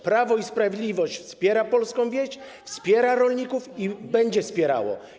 Prawo i Sprawiedliwość wspiera polską wieś, wspiera rolników i będzie wspierało.